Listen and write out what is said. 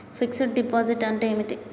Fix డ్ deposit అంటే ఏమిటి?